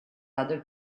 other